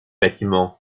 bâtiment